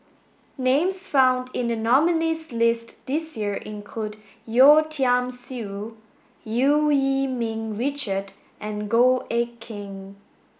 names found in the nominees' list this year include Yeo Tiam Siew Eu Yee Ming Richard and Goh Eck Kheng